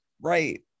Right